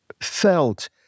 felt